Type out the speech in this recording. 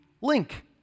link